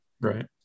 Right